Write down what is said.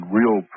real